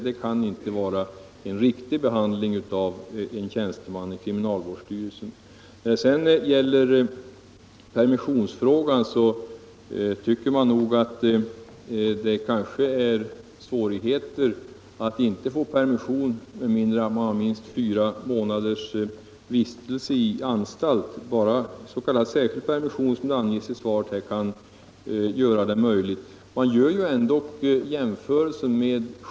Detta kan inte vara en riktig behandling från en tjänsteman i kriminalvårdsstyrelsen. Beträffande permissionsfrågan tycker man nog att det är hårt att inte kunna få permission förrän efter fyra månaders vistelse i anstalt. Bara S. k. särskild permission kan, som anges i svaret, beviljas om anledning därtill föreligger.